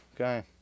okay